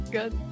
Good